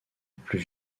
plus